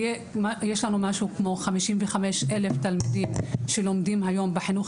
יש לנו 55 אלף תלמידים שלומדים היום בחינוך